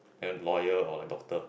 become lawyer or like doctor